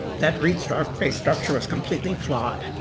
that read straw pay structure was completely flawed.